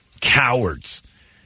Cowards